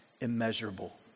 immeasurable